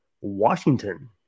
Washington